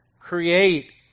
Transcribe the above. create